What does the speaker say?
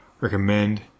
recommend